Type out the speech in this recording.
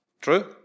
True